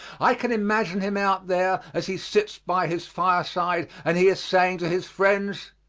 i can imagine him out there, as he sits by his fireside, and he is saying to his friends,